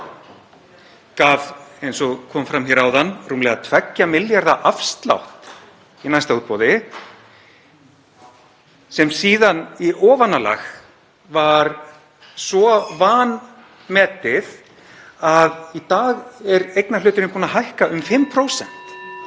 gaf, eins og kom fram áðan, rúmlega 2 milljarða afslátt í næsta útboði, sem í ofanálag var svo vanmetið að í dag er eignarhluturinn búinn að hækka um 5%.